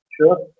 Sure